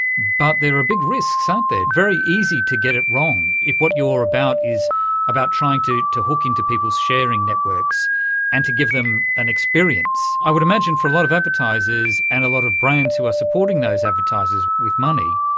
but there are big risks, aren't there. it's very easy to get it wrong, if what you are about is about trying to to hook into people's sharing networks and to give them an experience, i would imagine for a lot of advertisers and a lot of brands who are supporting those advertisers with money,